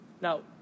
Now